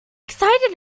excited